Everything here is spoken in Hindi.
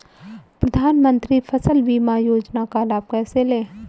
प्रधानमंत्री फसल बीमा योजना का लाभ कैसे लें?